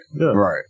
Right